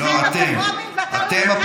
לא, אתם.